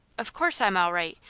of course i'm all right!